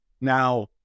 Now